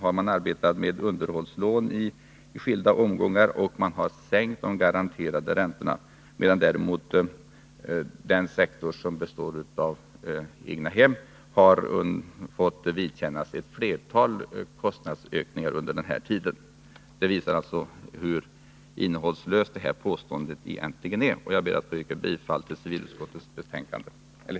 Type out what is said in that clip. Man har arbetat med underhållslån i flera omgångar, och man har sänkt de garanterade räntorna, medan den sektor som består av egnahem under den här tiden har fått vidkännas ett flertal kostnadsökningar. Det visar nu hur innehållslöst det påståendet är. Jag ber att få yrka bifall till civilutskottets hemställan.